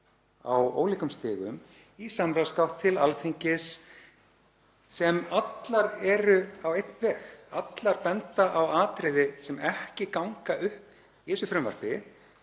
á ólíkum stigum í samráðsgátt, til Alþingis, sem allar eru á einn veg; allar benda á atriði sem ekki ganga upp í þessu frumvarpi.